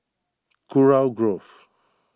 Kurau Grove